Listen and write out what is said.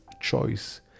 choice